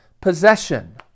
possession